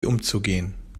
umzugehen